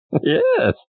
Yes